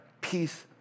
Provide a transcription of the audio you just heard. peace